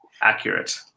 accurate